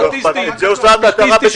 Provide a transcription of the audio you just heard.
צביקה, את זה עושה המשטרה.